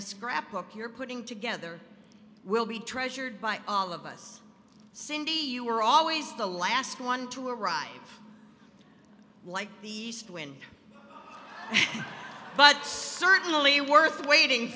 the scrapbook you're putting together will be treasured by all of us cindy you were always the last one to arrive like the east wind but certainly worth waiting